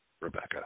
Rebecca